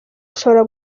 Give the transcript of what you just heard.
ushobora